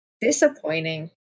Disappointing